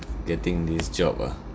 getting this job ah